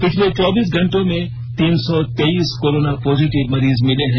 पिछले चौबीस घंटों में तीन र्सौ तेईस कोरोना पॉजिटिव मरीज मिले हैं